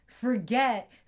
forget